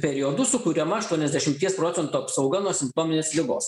periodu sukuriama aštuoniasdešimties procentų apsauga nuo simptominės ligos